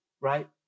right